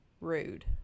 rude